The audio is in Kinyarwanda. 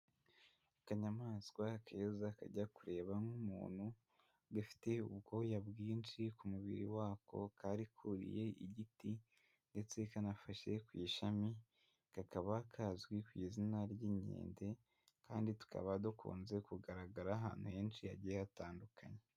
Akanyamaswa keza kajya kureba nk'umuntu gafite ubwoya bwinshi ku mubiri wako kari kuriye igiti ndetse kanafashe ku ishami, kakaba kazwi ku izina ry'inkende, kandi tukaba dukunze kugaragara ahantu henshi hagiye hatandukanye.